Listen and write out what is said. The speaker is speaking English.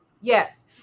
Yes